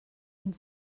and